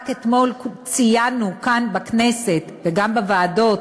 רק אתמול ציינו כאן בכנסת, וגם בוועדות,